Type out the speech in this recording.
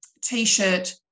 t-shirt